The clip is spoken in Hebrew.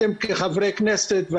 אתם כחברי כנסת,